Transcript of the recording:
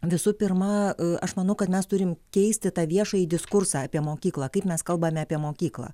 visų pirma aš manau kad mes turim keisti tą viešąjį diskursą apie mokyklą kaip mes kalbame apie mokyklą